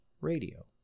radio